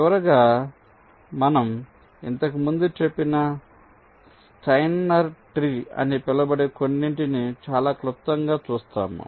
చివరగా మనం ఇంతకు ముందు చెప్పిన స్టైనర్ ట్రీ అని పిలువబడే కొన్నింటిని చాలా క్లుప్తంగా చూస్తాము